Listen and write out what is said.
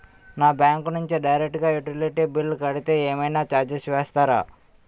నా బ్యాంక్ నుంచి డైరెక్ట్ గా యుటిలిటీ బిల్ కడితే ఏమైనా చార్జెస్ వేస్తారా?